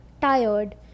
tired